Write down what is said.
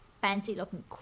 fancy-looking